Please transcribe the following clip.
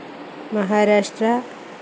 Maharashtra